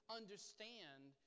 understand